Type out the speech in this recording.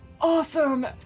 Awesome